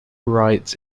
writes